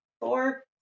Four